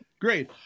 great